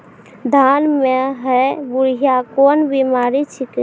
धान म है बुढ़िया कोन बिमारी छेकै?